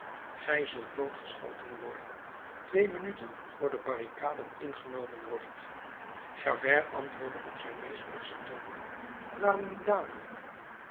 zult doodgeschoten worden twee minuten voor de barricade ingenomen wordt javert antwoordde op zijn meest barschen toon waarom niet dadelijk